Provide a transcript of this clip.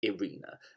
Arena